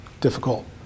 difficult